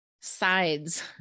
sides